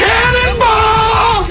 Cannonball